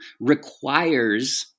requires